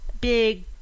big